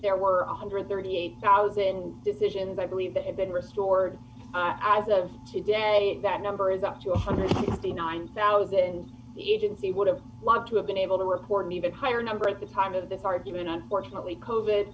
there were one hundred and thirty eight thousand decisions i believe that have been restored as of today that number is up to one hundred and fifty nine thousand the agency would have loved to have been able to report an even higher number at the time of the argument unfortunately co